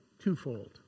twofold